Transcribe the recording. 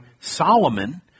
Solomon